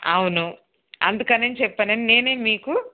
అవును అందుకని నేన్ చెప్పా నేనే మీకు